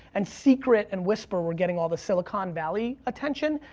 and secret and whisper were getting all the silicon valley attention,